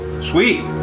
sweet